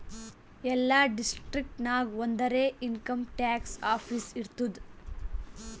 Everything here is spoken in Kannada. ಎಲ್ಲಾ ಡಿಸ್ಟ್ರಿಕ್ಟ್ ನಾಗ್ ಒಂದರೆ ಇನ್ಕಮ್ ಟ್ಯಾಕ್ಸ್ ಆಫೀಸ್ ಇರ್ತುದ್